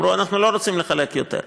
אמרו: אנחנו לא רוצים לחלק יותר.